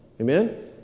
Amen